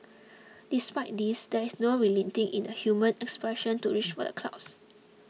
despite this there is no relenting in the human aspiration to reach for the clouds